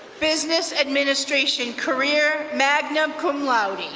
business administration career, magna cum laude.